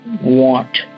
want